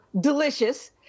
delicious